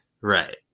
right